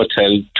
Hotel